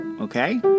okay